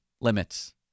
limits